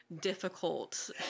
difficult